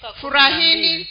furahini